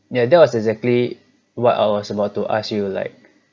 ya that was exactly what I was about to ask you like